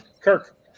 Kirk